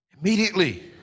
immediately